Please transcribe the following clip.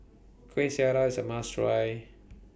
Kuih Syara IS A must Try